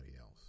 else